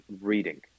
reading